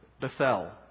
Bethel